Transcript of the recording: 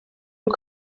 uko